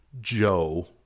Joe